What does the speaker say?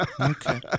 Okay